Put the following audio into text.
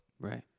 right